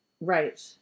Right